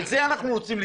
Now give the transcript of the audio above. בזה אנחנו רוצים לקדם,